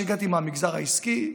שהגעתי מהמגזר העסקי,